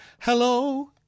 hello